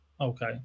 Okay